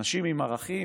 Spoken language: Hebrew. אנשים עם ערכים,